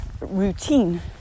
routine